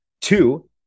two